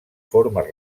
formes